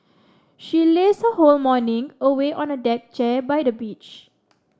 she lazed her whole morning away on a deck chair by the beach